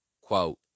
Quote